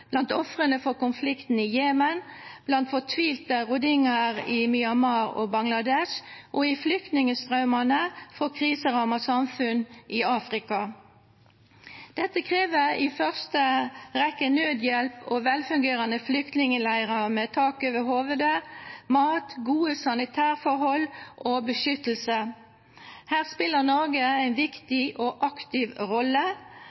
blant ofrene for konflikten i Jemen, blant fortvilte rohingyaer i Myanmar og Bangladesh og i flyktningstrømmene fra kriserammede samfunn i Afrika. Dette krever i første rekke nødhjelp og velfungerende flyktningleire med tak over hodet, mat, gode sanitærforhold og beskyttelse. Her spiller Norge en viktig og aktiv rolle.